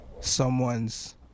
someone's